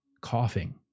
coughing